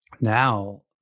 now